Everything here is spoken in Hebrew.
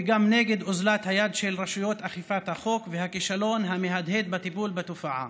וגם נגד אוזלת היד של רשויות אכיפת החוק והכישלון המהדהד בטיפול בתופעה.